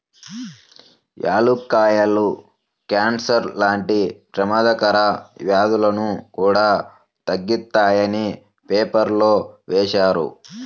యాలుక్కాయాలు కాన్సర్ లాంటి పెమాదకర వ్యాధులను కూడా తగ్గిత్తాయని పేపర్లో వేశారు